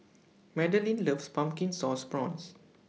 Madalyn loves Pumpkin Sauce Prawns